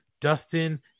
Dustin